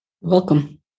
Welcome